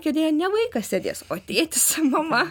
kėdėje ne vaikas sėdės o tėtis mama